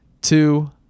two